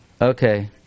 okay